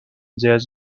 jazz